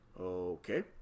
Okay